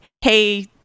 Hey